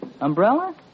Umbrella